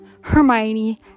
Hermione